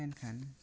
ᱞᱮᱱ ᱠᱷᱟᱱ ᱟᱢ